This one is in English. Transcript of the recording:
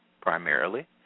primarily